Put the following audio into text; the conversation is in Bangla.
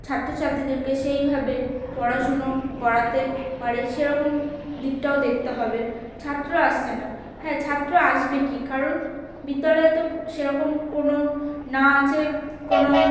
ছাত্র ছাত্রীদেরকে সেইভাবে পড়াশুনো করাতে পারে সেরকম দিকটাও দেখতে হবে ছাত্ররা আসছে না হ্যাঁ ছাত্র আসবে কী কারণ বিদ্যালয়ে তো সেরকম কোনও না আছে কোনও